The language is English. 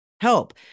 help